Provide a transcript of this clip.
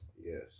Yes